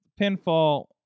pinfall